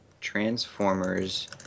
Transformers